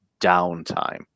downtime